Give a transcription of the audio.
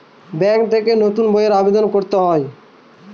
bank থেকে নতুন বইয়ের আবেদন করতে হয়